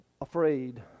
afraid